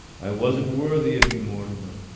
i wasn't worthy of you, mortimer!